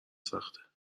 سخته